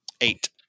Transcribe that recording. eight